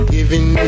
Giving